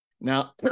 Now